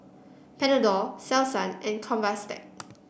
Panadol Selsun and Convatec